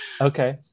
Okay